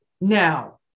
Now